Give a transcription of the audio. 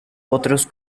otros